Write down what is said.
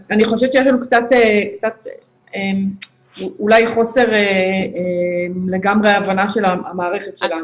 אני חושבת שיש לנו קצת אולי חוסר לגמרי הבנה של המערכת שלנו.